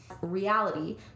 Reality